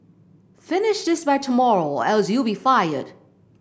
finish this by tomorrow or else you'll be fired